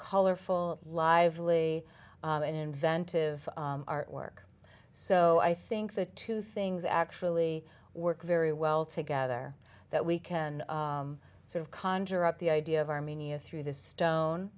colorful lively and inventive artwork so i think the two things actually work very well together that we can sort of conjure up the idea of armenia through this stone